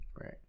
right